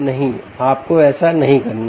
नहीं आपको ऐसा नहीं करना है